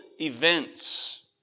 events